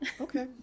Okay